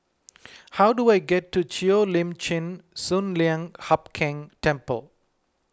how do I get to Cheo Lim Chin Sun Lian Hup Keng Temple